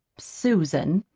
susan!